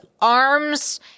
arms